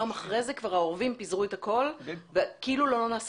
כן, בבקשה.